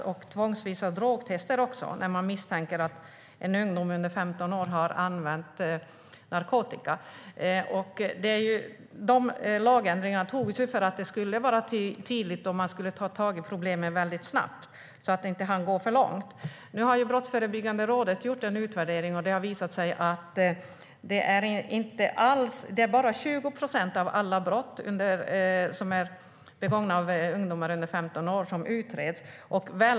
De gällde även tvångsvisa drogtester när man misstänker att en ungdom under 15 år har använt narkotika. Dessa lagändringar genomfördes ju för att det skulle bli tydligt och för att man skulle ta tag i problemen väldigt snabbt innan det hann gå för långt. Nu har Brottsförebyggande rådet gjort en utvärdering, och den visar att det bara är 20 procent av alla brott som begås av ungdomar under 15 år som utreds.